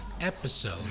episode